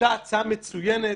-- היתה הצעה מצוינת,